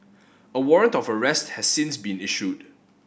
a warrant of arrest has since been issued